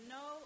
no